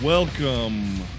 welcome